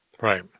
Right